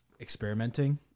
experimenting